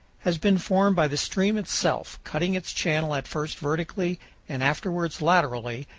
has been formed by the stream itself, cutting its channel at first vertically and afterwards laterally,